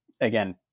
again